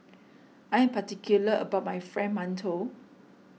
I am particular about my Fried Mantou